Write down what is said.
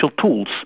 tools